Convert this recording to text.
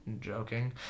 joking